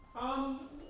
of